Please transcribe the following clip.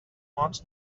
want